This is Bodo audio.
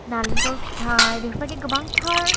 नारेंखल फिथाइ बेफोबायदि गोबांथार